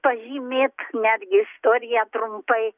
pažymėt netgi istoriją trumpai